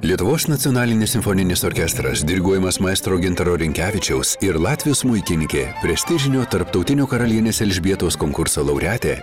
lietuvos nacionalinis simfoninis orkestras diriguojamas maestro gintaro rinkevičiaus ir latvių smuikininkė prestižinio tarptautinio karalienės elžbietos konkurso laureatė